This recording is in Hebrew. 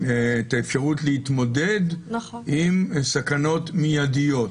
את האפשרות להתמודד עם סכנות מיידיות.